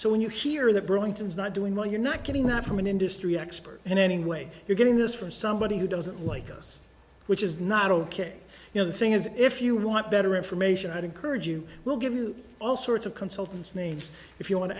so when you hear that burlington is not doing well you're not getting that from an industry expert and anyway you're getting this from somebody who doesn't like us which is not ok you know the thing is if you want better information i'd encourage you we'll give you all sorts of consultants names if you want to